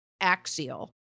axial